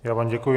Já vám děkuji.